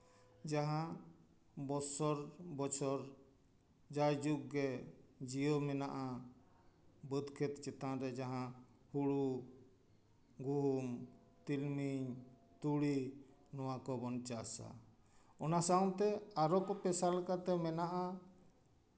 ᱡᱟᱦᱟᱸ ᱵᱚᱥᱚᱨ ᱵᱚᱪᱷᱚᱨ ᱡᱟᱭᱡᱩᱜᱽ ᱜᱮ ᱡᱤᱭᱟᱹᱣ ᱢᱮᱱᱟᱜᱼᱟ ᱵᱟᱹᱫᱽ ᱠᱷᱮᱛ ᱪᱮᱛᱟᱱ ᱨᱮ ᱡᱟᱦᱟᱸ ᱦᱳᱲᱳ ᱜᱩᱦᱩᱢ ᱛᱤᱞᱢᱤᱧ ᱛᱩᱲᱤ ᱱᱚᱣᱟ ᱠᱚᱵᱚᱱ ᱪᱟᱥᱼᱟ ᱚᱱᱟ ᱠᱚ ᱥᱟᱶᱛᱮ ᱟᱨᱚ ᱠᱚ ᱯᱮᱥᱟᱞ ᱠᱟᱛᱮ ᱢᱮᱱᱟᱜᱼᱟ